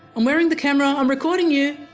i'm wearing the camera, i'm recording you.